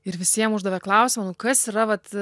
ir visiem uždavė klausimą nu kas yra vat